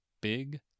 big